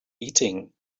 eating